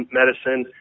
medicine